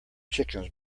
chickens